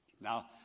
Now